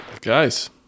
Guys